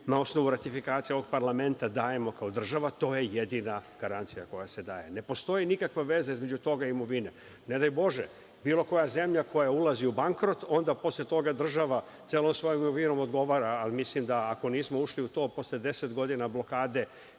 na osnovu ratifikacije ovog parlamenta dajemo kao država je jedina garancija koja se daje. Ne postoji nikakva veza između toga i imovine. Ne daj Bože, bilo koja zemlja koja ulazi u bankrot, onda posle toga država celom svojom imovinom odgovara, ali mislim da ako nismo ušli u to posle 10 godina blokade